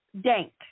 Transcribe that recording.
dank